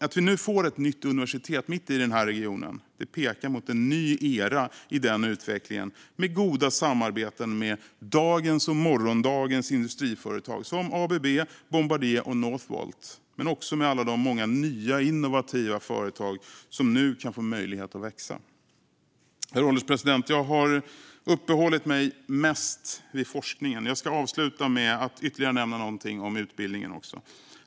Att vi nu får ett nytt universitet mitt i den här regionen pekar mot en ny era i den utvecklingen med goda samarbeten med dagens och morgondagens industriföretag som ABB, Bombardier och Northvolt, men också med alla de många nya innovativa företag som nu kan få möjlighet att växa. Herr ålderspresident! Jag har uppehållit mig mest vid forskningen. Jag ska avsluta med att ytterligare nämna någonting om utbildningen också.